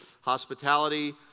Hospitality